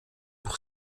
pour